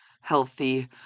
healthy